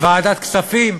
ועדת הכספים.